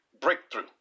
breakthrough